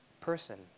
person